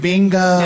Bingo